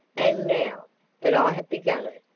and now that i have begun it,